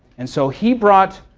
and so he brought